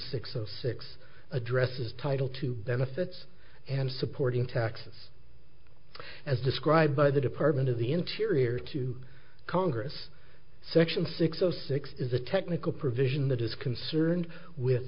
six of six addresses title two benefits and supporting taxes as described by the department of the interior to congress section six zero six is a technical provision that is concerned with